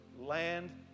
land